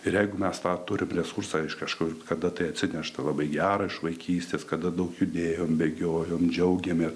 ir jeigu mes tą turim resursą iš kažkur kada tai atsineštą labai gerą iš vaikystės kada daug judėjom bėgiojom džiaugėmės